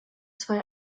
zwei